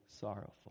sorrowful